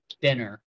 Dinner